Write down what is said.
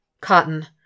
Cotton